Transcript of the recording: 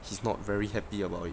he's not very happy about it